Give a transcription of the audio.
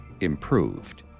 improved